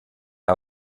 how